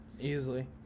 easily